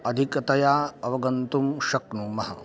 अधिकतया अवगन्तुं शक्नुमः